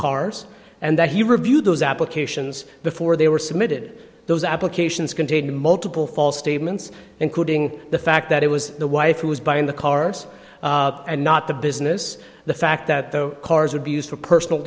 cars and that he reviewed those applications before they were submitted those applications contain multiple false statements including the fact that it was the wife who was buying the cars and not the business the fact that the cars would be used for personal